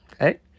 okay